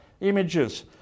images